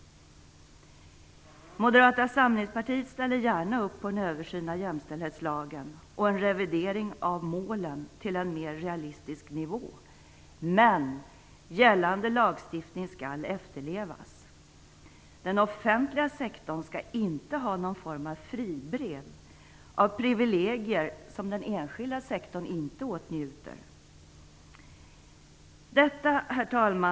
Moderata samlingspartiet ställer gärna upp på en översyn av jämställdhetslagen och en revidering av målen till en mer realistisk nivå. Men gällande lagstiftning skall efterlevas. Den offentliga sektorn skall inte ha någon form av fribrev eller privilegier som den enskilda sektorn inte åtnjuter. Herr talman!